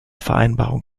vereinbarung